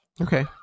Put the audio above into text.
Okay